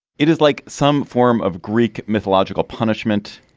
it is like some form of greek mythological punishment.